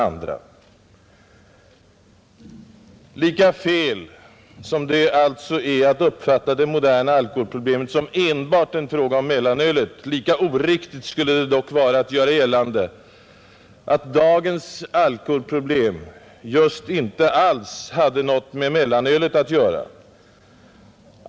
Lika oriktigt som det alltså är att uppfatta det moderna alkoholproblemet som enbart en fråga om mellanölet skulle det dock vara att göra gällande att dagens alkoholproblem just inte alls hade något att göra med mellanölet.